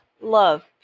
love